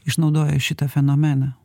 išnaudojo šitą fenomeną